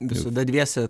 visada dviese